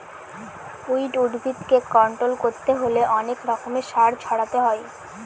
weed উদ্ভিদকে control করতে হলে অনেক রকমের সার ছড়াতে হয়